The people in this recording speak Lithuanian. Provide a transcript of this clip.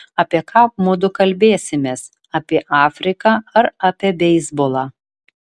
apie ką mudu kalbėsimės apie afriką ar apie beisbolą